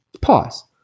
pause